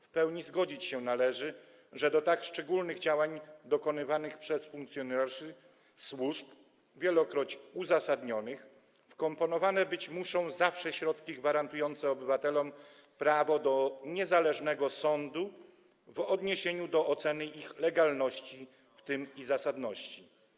W pełni zgodzić się należy, że do tak szczególnych działań dokonywanych przez funkcjonariuszy służb, wielokroć uzasadnionych, wkomponowane być muszą zawsze środki gwarantujące obywatelom prawo do niezależnego sądu w odniesieniu do oceny ich legalności, w tym zasadności.